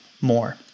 more